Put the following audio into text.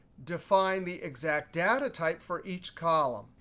define the exact data type for each column.